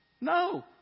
No